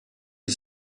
est